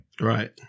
Right